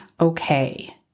okay